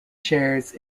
shares